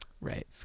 Right